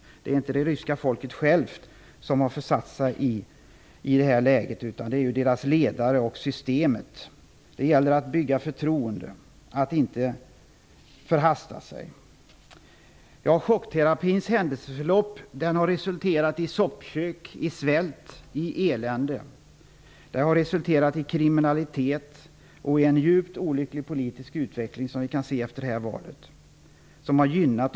Det är inte det ryska folket som självt har försatt sig i denna situation utan det är deras ledare och systemet. Det gäller att bygga upp ett förtroende och att inte förhasta sig. Chockterapi har resulterat i soppkök, svält och elände. Den har också resulterat i kriminalitet och i en djupt olycklig politisk utveckling, som vi har kunnat följa efter valet.